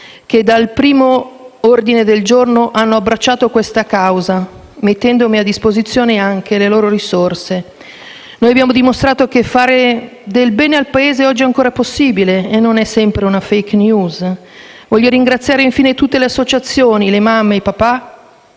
che, dal primo ordine del giorno, hanno abbracciato questa causa mettendomi a disposizione anche le loro risorse. Noi abbiamo dimostrato che fare del bene al Paese oggi è ancora possibile e non è una *fake news*. Voglio ringraziare infine tutte le associazioni, le mamme e i papà